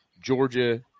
Georgia